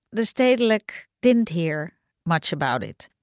the stedelijk didn't hear much about it.